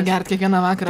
gert kiekvieną vakarą